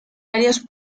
varios